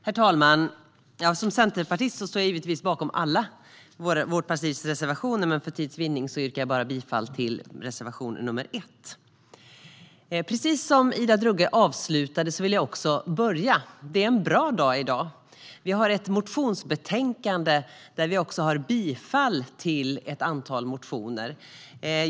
Herr talman! Som centerpartist står jag givetvis bakom alla partiets reservationer, men för tids vinnande yrkar jag bifall endast till reservation 1. Precis som Ida Drougge avslutade vill jag också börja: Det är en bra dag i dag! Vi har ett motionsbetänkande där vi också har bifall till ett antal motioner.